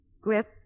Grip